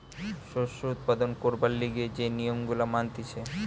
শস্য উৎপাদন করবার লিগে যে নিয়ম গুলা মানতিছে